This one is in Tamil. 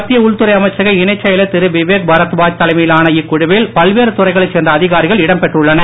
மத்திய உள்துறை அமைச்சக இணைச் செயலர் திரு விவேக் பரத்வாஜ் தலைமையிலான இக்குழுவில் பல்வேறு துறைகளைச் சேர்ந்த அதிகாரிகள் இடம் பெற்றுள்ளனர்